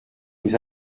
nous